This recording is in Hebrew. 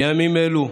בימים אלו,